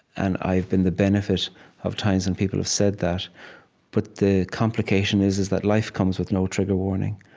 and i've been the benefit of times when and people have said that but the complication is is that life comes with no trigger warning.